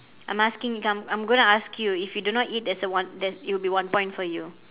I'm asking come I'm gonna ask you if you do not eat there's a one there's it'll be one point for you